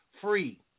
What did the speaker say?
free